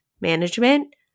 management